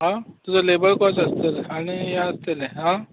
आं तुजो labour cost आसतलें आनी हें आसतलें आं